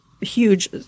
huge